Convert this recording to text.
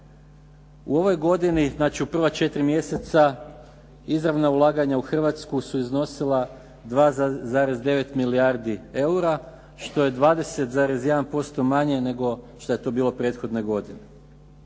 u ovoj godini, znači u prva četiri mjeseca izravna ulaganja u Hrvatsku su iznosila 2,9 milijardi eura, što je 20,1% manje nego što je to bilo prethodne godine.